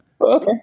okay